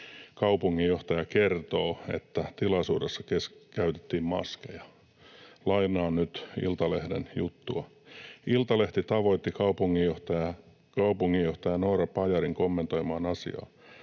kaupunginjohtaja kertoo, että tilaisuudessa käytettiin maskeja. Lainaan nyt Iltalehden juttua: ”Iltalehti tavoitti kaupunginjohtaja Noora Pajarin kommentoimaan asiaa.